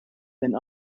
than